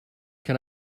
can